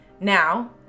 Now